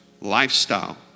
lifestyle